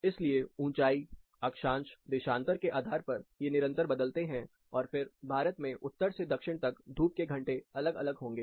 इसलिए ऊंचाई अक्षांश देशांतर के आधार पर ये निरंतर बदलते हैं और फिर भारत में उत्तर से दक्षिण तक धूप के घंटे अलग अलग होंगे